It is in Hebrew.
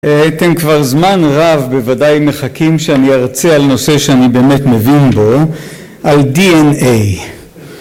אתם כבר זמן רב בוודאי מחכים שאני ארצה על נושא שאני באמת מבין בו על די.אן.איי